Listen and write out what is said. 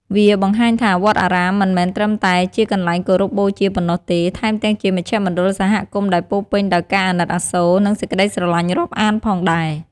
វាបង្ហាញថាវត្តអារាមមិនមែនត្រឹមតែជាកន្លែងគោរពបូជាប៉ុណ្ណោះទេ ថែមទាំងជាមជ្ឈមណ្ឌលសហគមន៍ដែលពោរពេញដោយការអាណិតអាសូរ និងសេចក្តីស្រលាញ់រាប់អានផងដែរ។